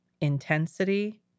intensity